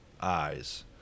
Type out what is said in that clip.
eyes